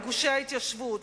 וגושי ההתיישבות,